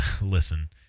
listen